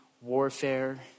warfare